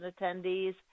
attendees